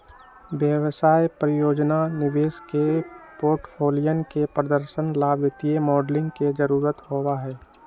व्यवसाय, परियोजना, निवेश के पोर्टफोलियन के प्रदर्शन ला वित्तीय मॉडलिंग के जरुरत होबा हई